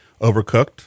overcooked